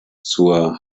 zur